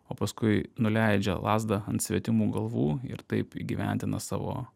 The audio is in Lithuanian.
o paskui nuleidžia lazdą ant svetimų galvų ir taip įgyvendina savo